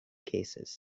cases